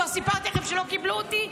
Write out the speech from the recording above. כבר סיפרתי לכם שלא קיבלו אותי,